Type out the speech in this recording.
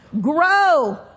grow